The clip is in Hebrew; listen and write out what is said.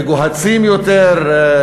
מגוהצים יותר,